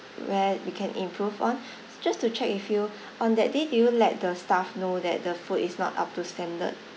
where we can improve on just to check with you on that day did you let the staff know that the food is not up to standard